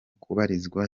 kubarizwa